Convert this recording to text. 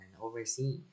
overseas